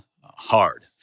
hard